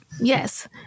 Yes